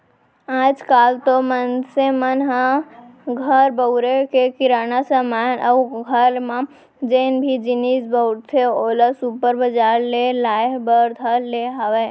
आज काल तो मनसे मन ह घर बउरे के किराना समान अउ घर म जेन भी जिनिस बउरथे ओला सुपर बजार ले लाय बर धर ले हावय